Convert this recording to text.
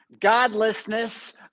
godlessness